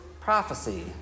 prophecy